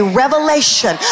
revelation